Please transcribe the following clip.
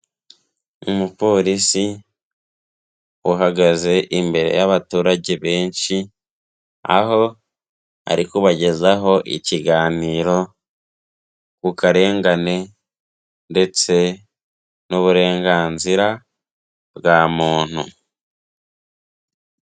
Umupolisi uhagaze imbere y'abaturage benshi, aho ari kubagezaho ikiganiro ku karengane ndetse n'uburenganzira bwa muntu.